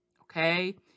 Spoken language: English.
okay